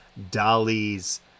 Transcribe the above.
Dali's